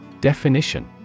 Definition